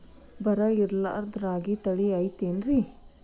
ಬರ ಇರಲಾರದ್ ರಾಗಿ ತಳಿ ಐತೇನ್ರಿ?